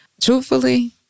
Truthfully